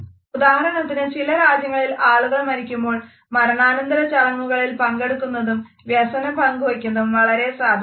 ഉദാഹരണത്തിന് ചില രാജ്യങ്ങളിൽ ആളുകൾ മരിക്കുമ്പോൾ മരണാന്തര ചടങ്ങുകളിൽ പങ്കെടുക്കുന്നതും വ്യസനം പങ്കുവയ്ക്കുന്നതും വളരെ സാധാരണമാണ്